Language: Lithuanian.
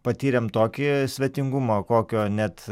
patyrėm tokį svetingumą kokio net